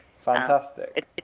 Fantastic